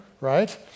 right